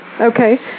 Okay